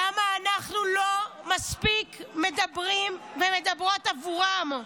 למה אנחנו לא מספיק מדברים ומדברות עבורן?